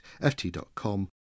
ft.com